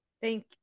Thank